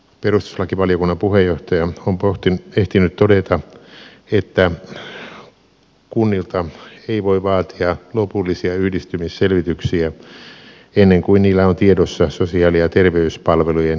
perustuslakivaliokunnan puheenjohtaja on ehtinyt todeta että kunnilta ei voi vaatia lopullisia yhdistymisselvityksiä ennen kuin niillä on tiedossa sosiaali ja terveyspalvelujen järjestämistapa